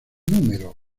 número